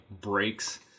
breaks